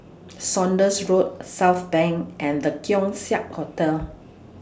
Saunders Road Southbank and The Keong Saik Hotel